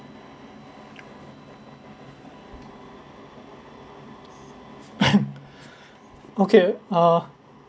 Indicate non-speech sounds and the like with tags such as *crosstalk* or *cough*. *coughs* okay uh